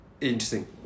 interesting